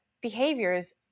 behaviors